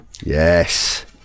Yes